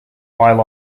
while